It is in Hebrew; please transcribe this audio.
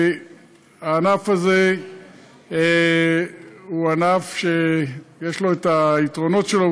הענף הזה הוא ענף שיש לו היתרונות שלו,